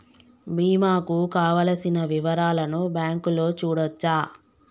బీమా కు కావలసిన వివరాలను బ్యాంకులో చూడొచ్చా?